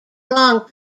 wrong